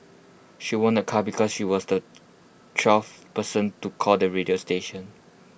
she won A car because she was the twelfth person to call the radio station